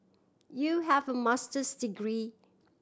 you have a Master's degree